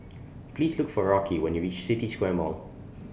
Please Look For Rocky when YOU REACH The City Square Mall